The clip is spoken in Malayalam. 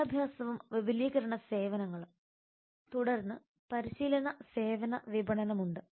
വിദ്യാഭ്യാസവും വിപുലീകരണ സേവനങ്ങളും തുടർന്ന് പരിശീലന സേവന വിപണനം ഉണ്ട്